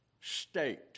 state